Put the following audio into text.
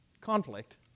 Conflict